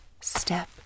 Step